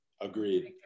agreed